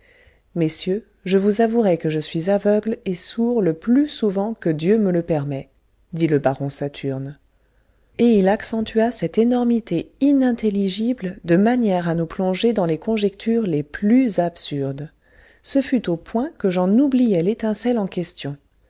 messieurs je vous avouerai que je suis aveugle et sourd le plus souvent que dieu me le permet dit le baron saturne et il accentua cette énormité inintelligible de manière à nous plonger dans les conjectures les plus absurdes ce fut au point que j'en oubliai l'étincelle en question